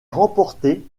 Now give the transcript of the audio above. remporté